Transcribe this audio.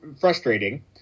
frustrating